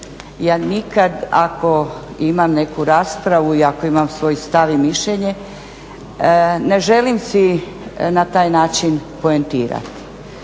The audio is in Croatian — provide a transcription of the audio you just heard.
ja nikad ako imam neku raspravu i ako imam svoj stav i mišljenje ne želim si na taj način poentirati.